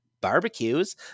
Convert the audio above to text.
barbecues